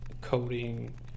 coding